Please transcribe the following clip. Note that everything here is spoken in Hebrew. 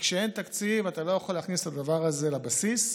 כשאין תקציב אתה לא יכול להכניס את הדבר הזה לבסיס,